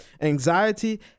Anxiety